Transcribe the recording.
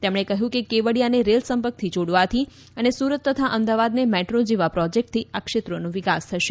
તેમણે કહ્યું કે કેવડિયાને રેલ સંપર્કથી જોડવાથી અને સુરત તથા અમદાવાદને મેટ્રો જેવા પ્રોજેક્ટથી આ ક્ષેત્રોનો વિકાસ થશે